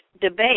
debate